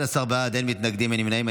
11 בעד, אין מתנגדים, אין נמנעים.